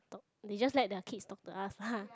talk they just let their kids talk to us lah